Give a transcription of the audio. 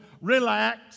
Relax